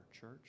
church